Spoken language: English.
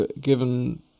given